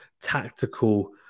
tactical